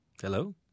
Hello